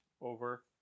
Over